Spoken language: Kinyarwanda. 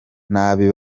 nabi